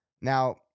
Now